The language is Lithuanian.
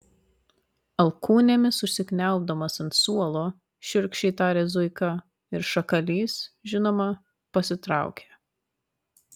alkūnėmis užsikniaubdamas ant suolo šiurkščiai tarė zuika ir šakalys žinoma pasitraukė